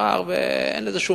מאחר שאין לזה שום